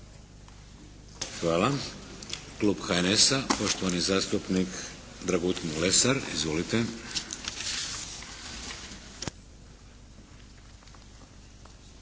Hvala. Klub HNS-a, poštovani zastupnik Dragutin Lesar. Izvolite.